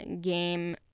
game